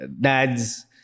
dad's